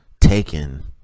taken